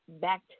back